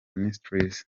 ministries